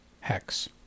hex